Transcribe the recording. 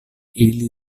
ili